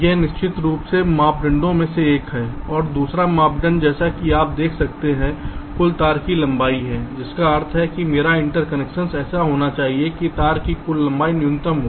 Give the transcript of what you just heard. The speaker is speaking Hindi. यह निश्चित रूप से मापदंडों में से एक है और दूसरा मापदंड जैसा कि आप देख सकते हैं कुल तार की लंबाई है जिसका अर्थ है कि मेरा इंटरकनेक्शन्स ऐसा होना चाहिए कि तार की कुल लंबाई न्यूनतम हो